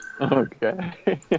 Okay